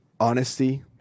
honesty